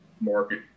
market